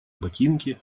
ботинки